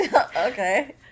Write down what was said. Okay